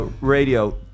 Radio